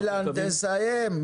אילן תסיים,